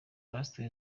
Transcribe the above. pastor